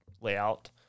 layout